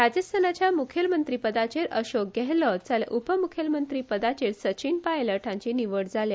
राजस्थानच्या मुख्यमंत्रीपदाचेर अशोक गेहलोत जाल्यार उपमुख्यमंत्रीपदाचेर सचीन पायलट हांची निवड जाल्या